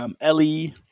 Ellie